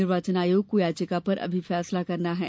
निर्वाचन आयोग को याचिका पर अभी फैसला करना है